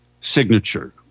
signature